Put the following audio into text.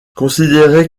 considéré